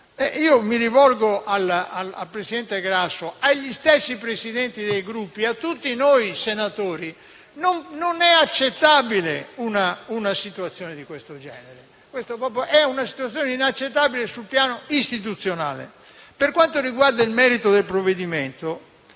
Mi rivolgo al presidente Grasso, agli stessi Presidenti dei Gruppi, a tutti senatori perché una situazione di questo genere è inaccettabile sul piano istituzionale. Per quanto riguarda il merito del provvedimento,